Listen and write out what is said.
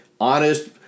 honest